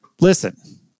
Listen